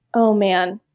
oh man.